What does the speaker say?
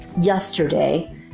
yesterday